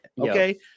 Okay